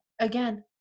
again